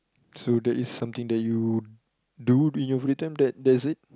so that is something that you do in your free time that that's it